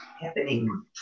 happening